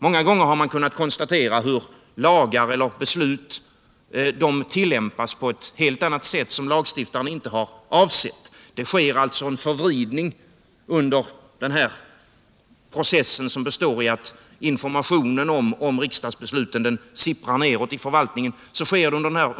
Många gånger har man kunnat konstatera hur lagar och beslut tillämpas på ett helt annat sätt än vad lagstiftaren avsett. Det sker alltså under den här processen en förvridning av innehåll och syftemål som består i att informationen om riksdagsbesluten sipprar nedåt i förvaltningen.